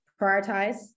prioritize